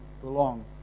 belong